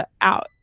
out